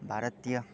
भारतीय